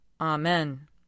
Amen